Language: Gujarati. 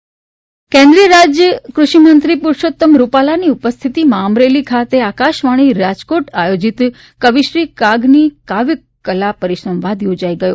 કાગબાપુ કેન્દ્રીય રાજ્ય કૃષિમંત્રી પુરષોત્તમ રૂપાલાની ઉપરેસ્થતિમાં અમરેલી ખાતે આકાશવાણી રાજકોટ આયોજિત કવિ શ્રી કાગની કાવ્ય કળા પરિસંવાદ યોજાઈ ગયો